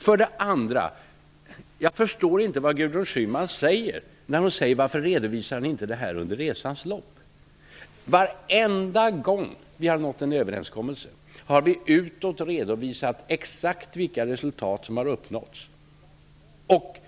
För det andra förstår jag inte vad Gudrun Schyman menar när hon frågar: Varför redovisar ni inte under resans gång? Varenda gång vi har nått en överenskommelse har vi utåt exakt redovisat vilka resultat som uppnåtts. Vi har också